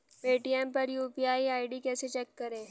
Paytm पर UPI ID कैसे check करें?